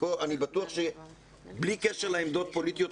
אני בטוח שבלי קשר לעמדות פוליטיות,